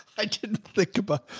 i didn't think about